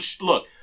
look